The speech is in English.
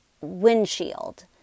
windshield